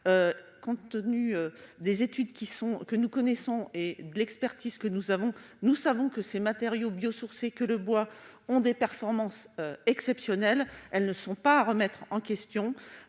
compte tenu des études qui sont que nous connaissons et de l'expertise que nous avons, nous savons que ces matériaux biosourcés que le bois ont des performances exceptionnelles, elles ne sont pas remettre en question,